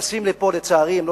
לצערי, הם לא שמעו לו.